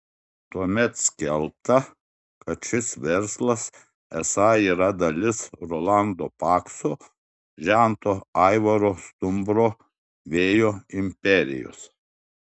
tuomet skelbta kad šis verslas esą yra dalis rolando pakso žento aivaro stumbro vėjo imperijos